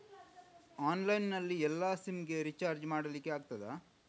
Online ನಲ್ಲಿ ಎಲ್ಲಾ sim ಗೆ ರಿಚಾರ್ಜ್ ಮಾಡಲಿಕ್ಕೆ ಆಗ್ತದಾ?